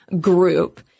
group